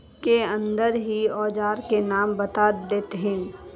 के अंदर ही औजार के नाम बता देतहिन?